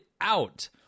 out